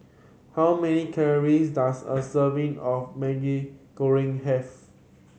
how many calories does a serving of Maggi Goreng have